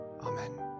Amen